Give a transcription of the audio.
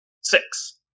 Six